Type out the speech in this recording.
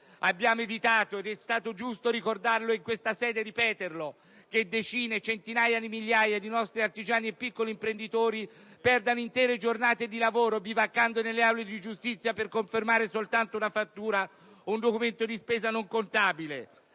Abbiamo evitato - ed è stato giusto ricordarlo in questa sede - che decine, centinaia di migliaia di nostri artigiani e imprenditori perdano intere giornate di lavoro bivaccando nelle aule di giustizia per confermare soltanto una fattura, un documento di spesa non contabile.